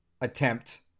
attempt